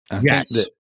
Yes